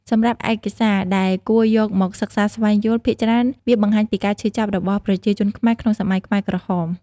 សម្រាប់ឯកសារដែលគួរយកមកសិក្សាស្វែងយល់ ភាគច្រើនវាបង្ហាញពីការឈឺចាប់របស់ប្រជាជនខ្មែរក្នុងសម័យខ្មែរក្រហម។